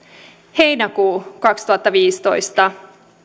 heinäkuu kaksituhattaviisitoista